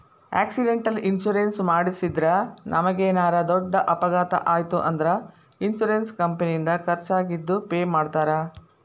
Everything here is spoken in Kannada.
ಆಕ್ಸಿಡೆಂಟಲ್ ಇನ್ಶೂರೆನ್ಸ್ ಮಾಡಿಸಿದ್ರ ನಮಗೇನರ ದೊಡ್ಡ ಅಪಘಾತ ಆಯ್ತ್ ಅಂದ್ರ ಇನ್ಶೂರೆನ್ಸ್ ಕಂಪನಿಯಿಂದ ಖರ್ಚಾಗಿದ್ ಪೆ ಮಾಡ್ತಾರಾ